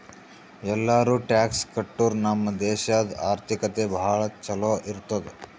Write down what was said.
ಎಲ್ಲಾರೂ ಟ್ಯಾಕ್ಸ್ ಕಟ್ಟುರ್ ನಮ್ ದೇಶಾದು ಆರ್ಥಿಕತೆ ಭಾಳ ಛಲೋ ಇರ್ತುದ್